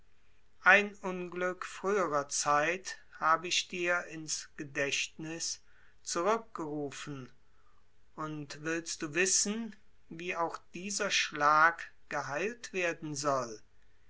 ein unglück früherer zeit habe ich dir in's gedächtniß zurückgerufen und willst du wissen wie auch dieser schlag geheilt werden soll